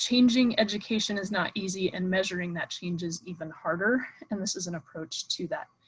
changing education is not easy and measuring that change is even harder. and this is an approach to that,